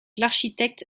l’architecte